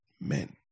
men